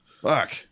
fuck